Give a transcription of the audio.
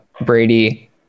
Brady